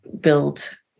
build